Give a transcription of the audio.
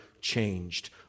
changed